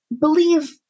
believe